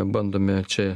bandome čia